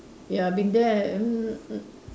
ya I've been there mm mm